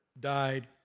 died